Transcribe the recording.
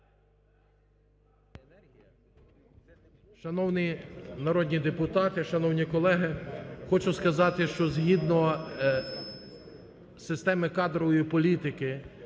Шановні народні депутати, шановні колеги, хочу сказати, що згідно системи кадрової політики,